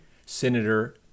Senator